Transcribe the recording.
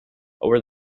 over